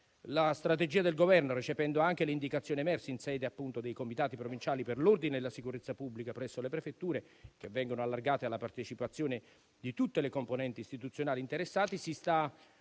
La strategia del Governo, recependo anche le indicazioni emerse in sede dei Comitati provinciali per l'ordine e la sicurezza pubblica presso le Prefetture, che vengono allargati alla partecipazione di tutte le componenti istituzionali interessate, si sta